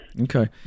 Okay